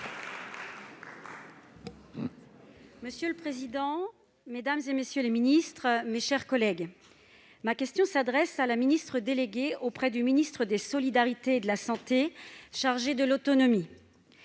Monsieur le président, mesdames, messieurs les ministres, mes chers collègues, ma question s'adresse à Mme la ministre déléguée auprès du ministre des solidarités et de la santé, chargée de l'autonomie.